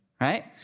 right